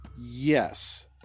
Yes